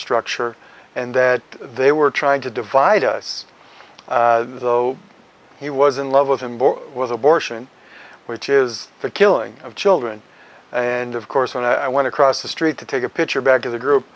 structure and that they were trying to divide us though he was in love with him was abortion which is the killing of children and of course when i want to cross the street to take a picture back to the group